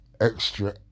extra